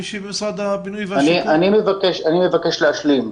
אני מבקש להשלים.